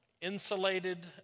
insulated